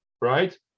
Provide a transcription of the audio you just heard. right